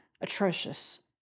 atrocious